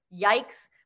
yikes